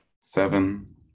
seven